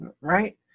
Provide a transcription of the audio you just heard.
right